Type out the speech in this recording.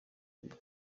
abiri